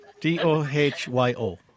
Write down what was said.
D-O-H-Y-O